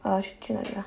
uh 去哪了 ah